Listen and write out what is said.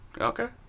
Okay